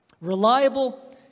Reliable